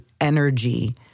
energy